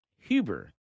Huber